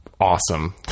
awesome